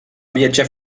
viatjar